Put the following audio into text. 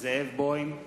זאב בוים,